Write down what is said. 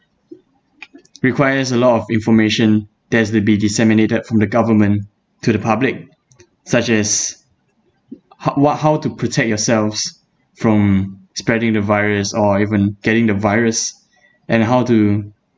requires a lot of information that has to be disseminated from the government to the public such as h~ wha~ how to protect yourselves from spreading the virus or even getting the virus and how to